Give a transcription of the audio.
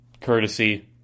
courtesy